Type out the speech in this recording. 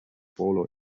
polo